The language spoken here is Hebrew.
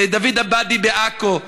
דוד עבאדי בעכו,